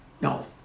No